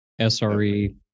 SRE